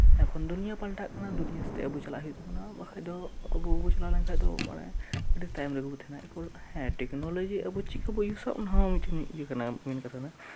ᱮᱠᱷᱚᱱ ᱫᱚ ᱫᱩᱱᱭᱟᱹ ᱯᱟᱞᱴᱟᱜ ᱠᱟᱱᱟ ᱫᱩᱱᱭᱟᱹ ᱥᱟᱛᱮᱜ ᱟᱵᱚ ᱪᱟᱞᱟᱜ ᱦᱩᱭᱩᱜ ᱛᱟᱵᱚᱱᱟ ᱵᱟᱠᱷᱟᱡ ᱫᱚ ᱟᱵᱳ ᱵᱟᱵᱚᱱ ᱪᱟᱞᱟᱣ ᱞᱮᱱ ᱞᱮᱠᱷᱟᱡ ᱫᱚ ᱟᱹᱰᱤ ᱛᱟᱭᱚᱢ ᱨᱮᱜᱮ ᱵᱚᱱ ᱛᱟᱸᱦᱮᱱᱟ ᱮᱨᱯᱚᱨ ᱦᱮᱸ ᱴᱮᱠᱱᱳᱞᱚᱡᱤ ᱟᱵᱚ ᱪᱮᱫ ᱞᱮᱠᱟᱛᱮ ᱵᱚᱱ ᱵᱮᱣᱦᱟᱨ ᱮᱫᱟ ᱚᱱᱟ ᱦᱚᱸ ᱚᱱᱠᱟᱱᱟᱜ ᱜᱮ ᱠᱟᱱᱟ